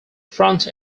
front